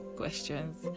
questions